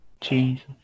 Jesus